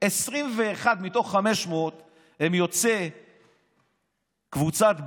21 מתוך 500 הם יוצאי קבוצת בזק,